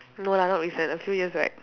no lah not recent a few years back